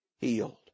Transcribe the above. healed